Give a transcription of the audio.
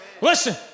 Listen